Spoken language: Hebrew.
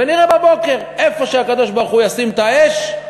ונראה בבוקר: איפה שהקדוש-ברוך-הוא ישים את האש,